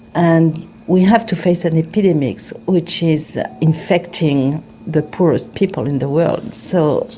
and we have to face an epidemic so which is infecting the poorest people in the world so,